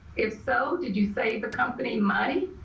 if so, did you save the company money?